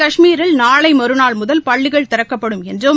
கஷ்மீரில் வரும் நாளை மறுநாள் முதல் பள்ளிகள் திறக்கப்படும் என்றும்